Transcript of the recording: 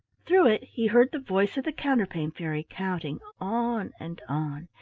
through it he heard the voice of the counterpane fairy counting on and on,